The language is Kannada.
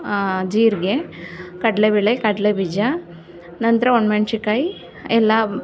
ಜೀರಿಗೆ ಕಡಲೆ ಬೇಳೆ ಕಡಲೆ ಬೀಜ ನಂತರ ಒಂದು ಮೆಣಸಿನ್ಕಾಯಿ ಎಲ್ಲ